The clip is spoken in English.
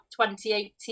2018